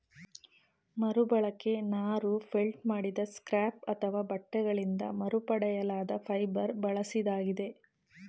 ಮರುಬಳಕೆ ನಾರು ಫೆಲ್ಟ್ ಮಾಡಿದ ಸ್ಕ್ರ್ಯಾಪ್ ಅಥವಾ ಬಟ್ಟೆಗಳಿಂದ ಮರುಪಡೆಯಲಾದ ಫೈಬರ್ ಬಳಸಿದಾಗಿದೆ